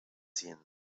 ziehen